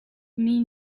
mean